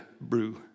brew